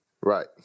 Right